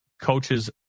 coaches